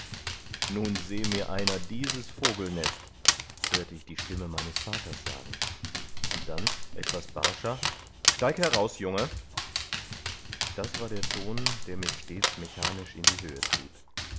nun seh mir einer dieses vogelnest hörte ich die stimme meines vaters sagen und dann etwas barscher steig heraus junge das war der ton der mich stets mechanisch in die höhe trieb